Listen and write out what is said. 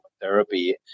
therapy